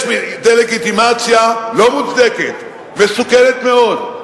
יש דה-לגיטימציה לא מוצדקת, מסוכנת מאוד,